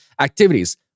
activities